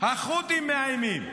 החות'ים מאיימים,